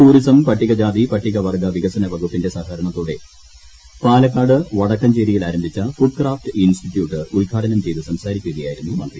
ടൂറിസംപട്ടികജാതിപട്ടികവർഗ്ഗ വികസന വകുപ്പിന്റെ സഹകരണത്തോടെ പാലക്കാട് വടക്കഞ്ചേരിയിൽ ആരംഭിച്ച ഫുഡ് ക്രാഫ്റ്റ് ഇൻസ്റ്റിറ്റ്യൂട്ട് ഉദ്ഘാടനം ചെയ്ത് സംസാരിക്കുകയായിരുന്നു മന്ത്രി